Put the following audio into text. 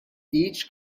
each